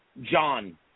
John